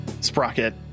Sprocket